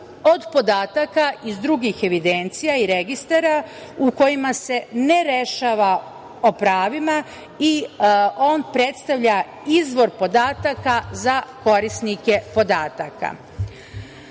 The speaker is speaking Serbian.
od podataka iz drugih evidencija i registara u kojima se ne rešava po pravima i on predstavlja izvor podataka za korisnike podataka. Kakav